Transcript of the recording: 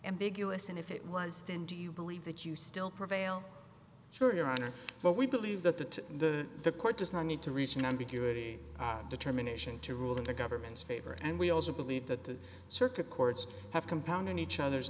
ambiguous and if it was then do you believe that you still prevail sure your honor but we believe that the court does not need to reach an ambiguity determination to rule in the government's favor and we also believe that the circuit courts have compound in each other's